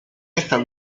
estas